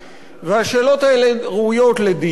והשאלות האלה ראויות לדיון,